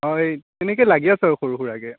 অ' এই এনেকৈ লাগি আছোঁ আৰু সৰু সুৰাকৈ